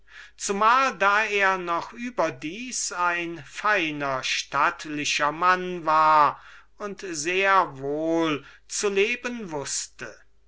zumal da er noch über dies ein hübscher und stattlicher mann war und sehr wohl zu leben wußte